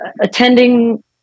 attending